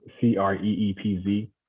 C-R-E-E-P-Z